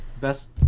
Best